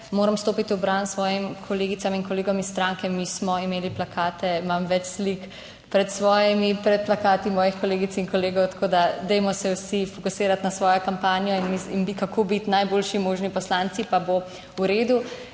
Moram stopiti v bran svojim kolegicam in kolegom iz stranke. Mi smo imeli plakate, imam več slik pred svojimi, pred plakati mojih kolegic in kolegov, tako da dajmo se vsi fokusirati na svojo kampanjo in kako biti najboljši možni poslanci, pa bo v redu.